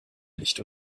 nicht